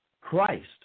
Christ